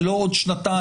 ולא עוד שנתיים,